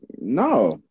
No